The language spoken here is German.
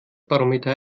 barometer